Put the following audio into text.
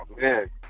man